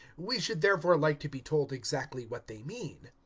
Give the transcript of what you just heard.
we should therefore like to be told exactly what they mean.